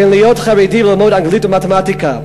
בין להיות חרדי לללמוד אנגלית ומתמטיקה,